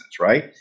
right